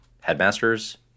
headmasters